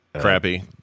Crappy